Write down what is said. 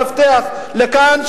המפתח לכאן,